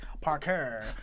Parker